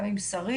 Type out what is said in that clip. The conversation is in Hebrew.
גם עם שרית,